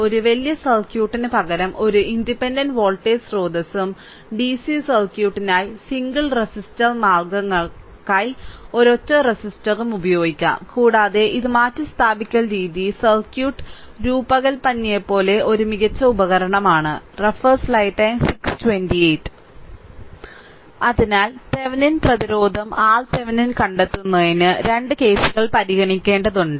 ഒരു വലിയ സർക്യൂട്ടിന് പകരം ഒരു ഇൻഡിപെൻഡന്റ് വോൾട്ടേജ് സ്രോതസ്സും DC സർക്യൂട്ടിനായി സിംഗിൾ റെസിസ്റ്റർ മാർഗങ്ങൾക്കായി ഒരൊറ്റ റെസിസ്റ്ററും ഉപയോഗിക്കാം കൂടാതെ ഈ മാറ്റിസ്ഥാപിക്കൽ രീതി സർക്യൂട്ട് രൂപകൽപ്പനയിലെ ഒരു മികച്ച ഉപകരണമാണ് അതിനാൽ തെവെനിൻ പ്രതിരോധം RThevenin കണ്ടെത്തുന്നതിന് 2 കേസുകൾ പരിഗണിക്കേണ്ടതുണ്ട്